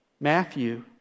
Matthew